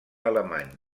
alemany